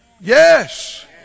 Yes